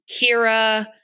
Kira